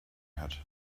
hat